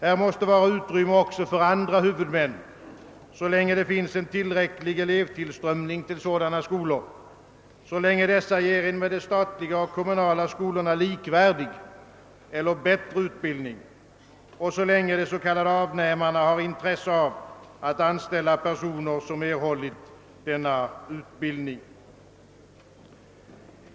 Här måste finnas utrymme också för andra huvudmän, så långe det finns en tillräcklig elevtillströmning till sådana skolor, så länge dessa ger en med de statliga och kommunala skolornas likvärdig eller bättre utbildning och så länge de s.k. avnämarna har intresse av att anställa personer som erhållit denna utbildning.